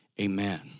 Amen